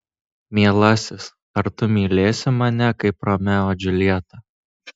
mielasis ar tu mylėsi mane kaip romeo džiuljetą